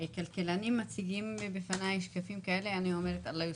כשכלכלנים מציגים בפניי שקפים כאלה אני אומרת: אללה יוסתור,